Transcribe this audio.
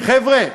חבר'ה,